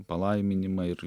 palaiminimą ir